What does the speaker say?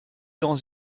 dans